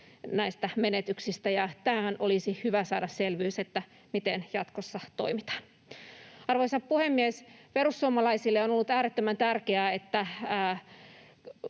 näistä menetyksistä, ja tähän olisi hyvä saada selvyys, miten jatkossa toimitaan. Arvoisa puhemies! Perussuomalaisille on ollut äärettömän tärkeää, että